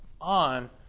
on